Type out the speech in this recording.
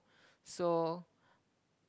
so